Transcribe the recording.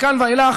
מכאן ואילך,